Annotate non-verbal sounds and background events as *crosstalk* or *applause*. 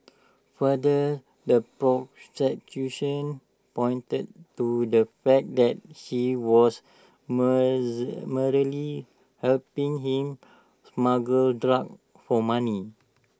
further the prosecution pointed to the fact that she was *unintelligible* merely helping him smuggle drugs for money